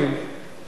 אבל גם היום.